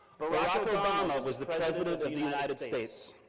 barack obama was the president of the united states,